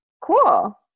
Cool